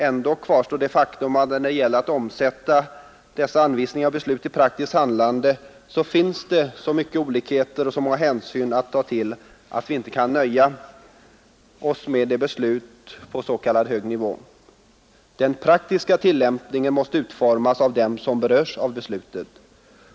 Ändå kvarstår det faktum att när det gäller att omsätta dessa anvisningar och beslut i praktiskt handlande finns det så mycket olikheter och så många hänsyn att ta att vi inte kan nöja oss med beslut på s.k. hög nivå. Den praktiska tillämpningen måste utformas av den som berörs av besluten.